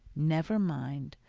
never mind!